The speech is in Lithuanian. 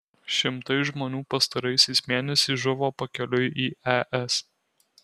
šimtai žmonių pastaraisiais mėnesiais žuvo pakeliui į es